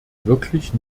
wirklich